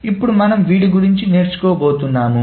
ఇప్పుడు మనము వీటి గురించి నేర్చుకో బోతున్నాము